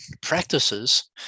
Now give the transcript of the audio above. practices